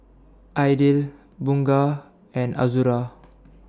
Aidil Bunga and Azura